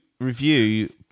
review